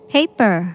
Paper